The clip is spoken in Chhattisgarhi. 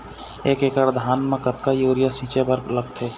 एक एकड़ धान म कतका यूरिया छींचे बर लगथे?